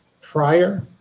prior